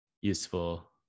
useful